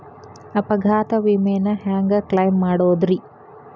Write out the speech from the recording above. ಅಪಘಾತ ವಿಮೆನ ಹ್ಯಾಂಗ್ ಕ್ಲೈಂ ಮಾಡೋದ್ರಿ?